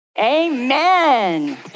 amen